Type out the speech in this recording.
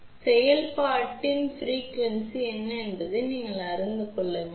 எனவே செயல்பாட்டின் அதிர்வெண் என்ன என்பதை நீங்கள் அறிந்து கொள்ள வேண்டும்